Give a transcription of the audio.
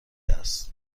است